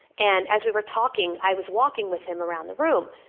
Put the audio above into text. and as we were talking, i was walking with him around the room.